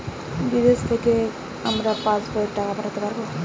বিদেশ থেকে কি আমার পাশবইয়ে টাকা পাঠাতে পারবে?